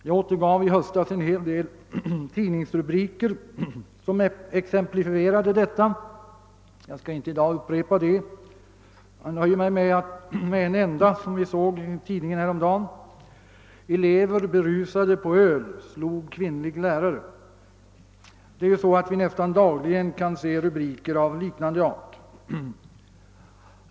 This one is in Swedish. Jag återgav i höstas en hel rad rad tidningsrubriker som exemplifierade detta förhållande. Jag skall inte i dag upprepa dem utan nöjer mig med en enda, som jag häromdagen såg i en tidning. Den hade följande lydelse: Elever berusade på öl slog kvinnlig lärare. Vi kan nästan dagligen se rubriker av liknande art.